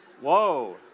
Whoa